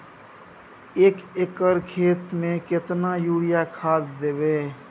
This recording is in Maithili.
एक एकर खेत मे केतना यूरिया खाद दैबे?